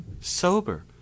sober